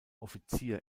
offizier